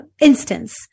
instance